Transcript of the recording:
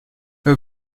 her